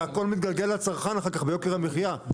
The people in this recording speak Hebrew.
כל זה מתגלגל אחר כך לצרכן ביוקר המחייה,